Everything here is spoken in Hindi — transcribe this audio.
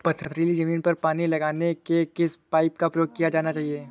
पथरीली ज़मीन पर पानी लगाने के किस पाइप का प्रयोग किया जाना चाहिए?